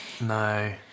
No